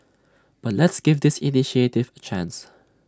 but let's give this initiative chance